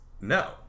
No